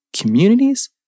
communities